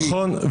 נכון.